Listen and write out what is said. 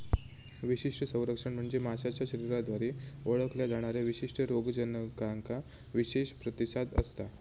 विशिष्ट संरक्षण म्हणजे माशाच्या शरीराद्वारे ओळखल्या जाणाऱ्या विशिष्ट रोगजनकांका विशेष प्रतिसाद असता